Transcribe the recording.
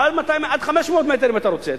עד 500 מטר, אם אתה רוצה.